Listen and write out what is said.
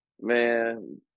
man